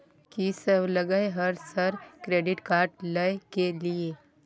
कि सब लगय हय सर क्रेडिट कार्ड लय के लिए?